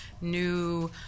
new